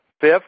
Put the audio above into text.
Fifth